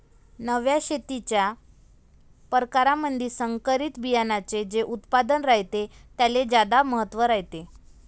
नव्या शेतीच्या परकारामंधी संकरित बियान्याचे जे उत्पादन रायते त्याले ज्यादा महत्त्व रायते